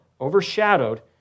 overshadowed